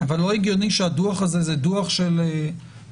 אבל לא הגיוני שהדוח הזה הוא דוח של שלושת